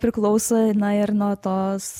priklauso na ir nu tos